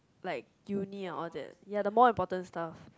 like uni and all that ya the more important stuff